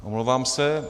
Omlouvám se.